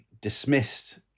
dismissed